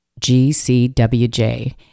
GCWJ